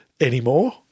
anymore